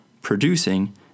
producing